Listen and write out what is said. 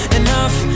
enough